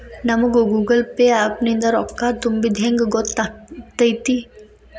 ನಮಗ Google Pay app ನಿಂದ ರೊಕ್ಕಾ ತುಂಬಿದ್ದ ಹೆಂಗ್ ಗೊತ್ತ್ ಆಗತೈತಿ?